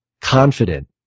confident